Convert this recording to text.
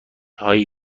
هایی